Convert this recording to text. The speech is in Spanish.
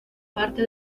parte